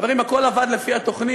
חברים, הכול עבד לפי התוכנית.